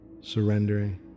Surrendering